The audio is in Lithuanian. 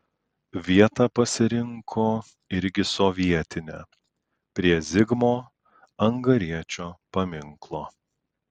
vietą pasirinko irgi sovietinę prie zigmo angariečio paminklo